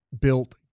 built